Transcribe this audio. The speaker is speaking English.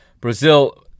Brazil